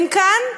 הם כאן,